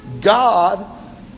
God